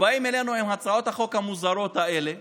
ובאים אלינו עם הצעות החוק המוזרות האלה